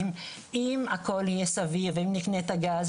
אם הכל יהיה סביר ואם נקנה את הגז,